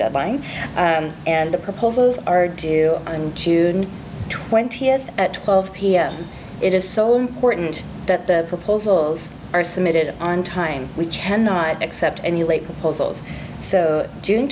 deadline and the proposals are due in june twentieth at twelve pm it is so important that the proposals are submitted on time we cannot accept any late proposals june